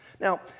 Now